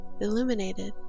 illuminated